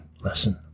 lesson